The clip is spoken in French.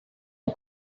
ont